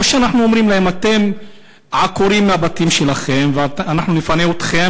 או שאנחנו אומרים להם: אתם עקורים מהבתים שלכם ואנחנו נפנה אתכם,